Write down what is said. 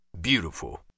Beautiful